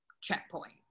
checkpoint